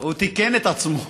הוא תיקן את עצמו.